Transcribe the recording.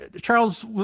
charles